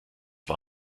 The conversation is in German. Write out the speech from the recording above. war